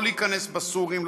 לא להיכנס בסורים.